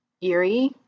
eerie